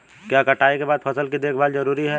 क्या कटाई के बाद फसल की देखभाल जरूरी है?